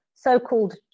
so-called